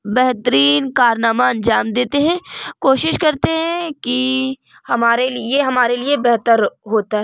بہترین کارنامہ انجام دیتے ہیں کوشش کرتے ہیں کہ ہمارے لیے ہمارے لیے بہتر ہوتا ہے